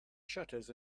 shutters